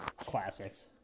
Classics